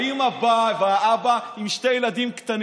האימא באה, והאבא, עם שני ילדים קטנים.